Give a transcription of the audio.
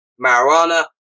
marijuana